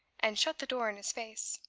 and shut the door in his face.